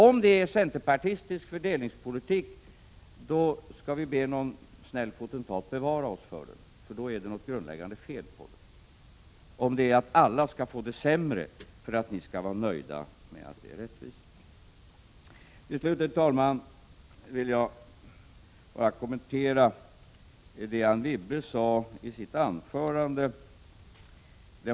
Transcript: Om detta är centerpartistisk fördelningspolitik skall vi be någon snäll potentat att bevara oss för den. Det är något grundläggande fel med den om alla skall få det sämre för att ni skall vara nöjda med att det är rättvist. Jag vill sedan kommentera något Anne Wibble sade i sitt anförande.